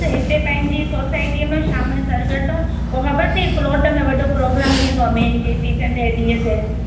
हा ॾिस हिते पंहिंजी सोसाइटीअ में शाम जो सर्कस आहे ख़बर अथई प्लॉट में वॾो प्रोग्राम थींदो अथई मेन चेटीचंड जे ॾींहं ते